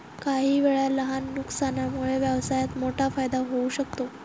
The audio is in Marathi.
काहीवेळा लहान नुकसानामुळे व्यवसायात मोठा फायदा होऊ शकतो